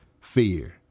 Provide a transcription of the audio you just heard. fear